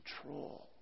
control